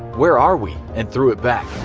where are we? and threw it back.